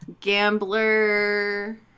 gambler